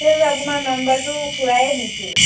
সেই যে আপোনাৰ নম্বৰটো খুৰাইয়ে দিছিল